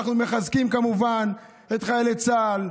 אנחנו מחזקים כמובן את חיילי צה"ל.